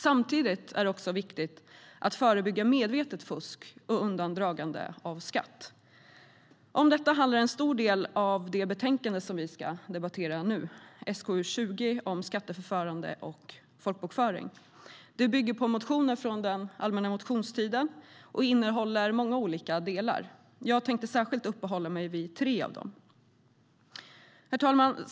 Samtidigt är det viktigt att förebygga medvetet fusk och undandragande av skatt. Om detta handlar en stor del av det betänkande som vi ska debattera nu, SkU20 om skatteförfarande och folkbokföring. Det bygger på motioner från den allmänna motionstiden och innehåller många olika delar. Jag tänkte särskilt uppehålla mig vid tre av dem. Herr ålderspresident!